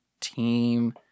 team